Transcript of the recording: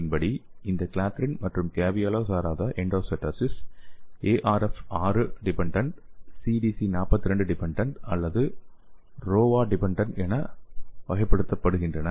பியேஸ்களின் படி இந்த கிளாத்ரின் மற்றும் கேவியோலா சாராத endocytosis Arf6 dependent Cdc42 dependent அல்லது ரோவா டிபெண்டென்ட் என வகைப்படுத்தப்படுகின்றன